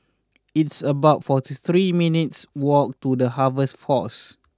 it's about forty three minutes' walk to The Harvest Force